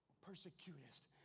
persecutest